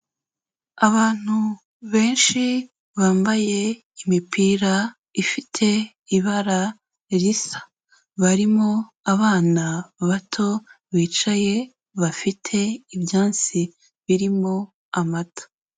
Abantu benshi bambaye imipira ifite ibara risa. Barimo abana bato bicaye bafite ibyansi birimo amata.